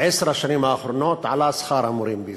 בעשר השנים האחרונות עלה שכר המורים בישראל,